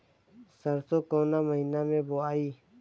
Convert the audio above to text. सरसो काउना महीना मे बोआई?